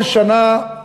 כל שנה,